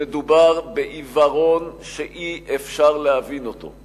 מדובר בעיוורון שאי-אפשר להבין אותו.